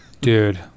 Dude